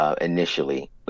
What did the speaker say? initially